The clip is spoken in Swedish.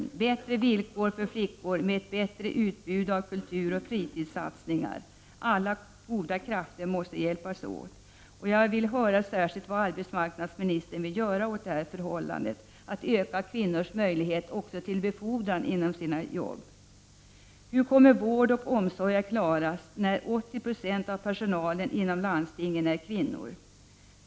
Det måste bli bättre villkor för flickor och ett bättre utbud av kultur och fritidssatsningar. Alla goda krafter måste hjälpas åt. Jag vill gärna höra vad arbetsmarknadsministern vill göra för att öka kvinnornas möjlighet till befordran inom sina arbeten. Hur kommer vård och omsorg att klaras då 80 96 av personalen inom landstingen är kvinnor?